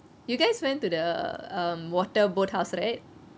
you guys went to the um water boat house right